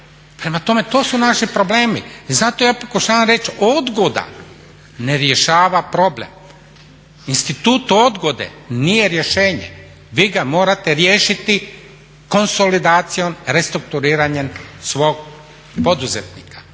Prema tome, to su naši problemi. I zato ja pokušavam reći, odgoda ne rješava problem. institut odgode nije rješenje, vi ga morate riješiti konsolidacijom, restrukturiranjem svog poduzetnika